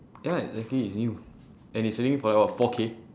ya exactly it's new and it's only for like four K